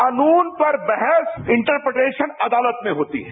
कानून पर बहस इंटरपटरेशन अदालत में होती है